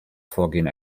vorgehen